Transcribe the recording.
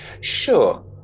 Sure